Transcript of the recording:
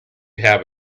have